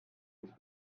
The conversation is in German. nicht